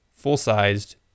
full-sized